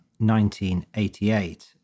1988